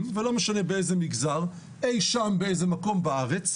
ולא משנה באיזה מגזר אי שם באיזה מקום בארץ,